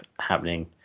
happening